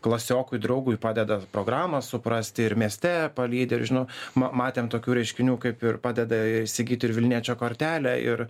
klasiokui draugui padeda programą suprasti ir mieste palydi ir žinau ma matėm tokių reiškinių kaip ir padeda įsigyti ir vilniečio kortelę ir